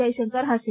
જયશંકર હશે